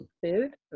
food